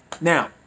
Now